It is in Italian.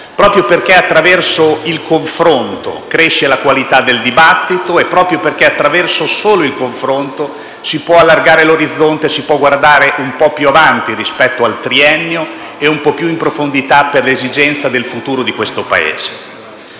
proprio perché attraverso il confronto cresce la qualità del dibattito e proprio perché solo attraverso il confronto si può allargare l'orizzonte e guardare un po' più avanti rispetto al triennio e un po' più in profondità nelle esigenze del futuro di questo Paese.